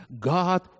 God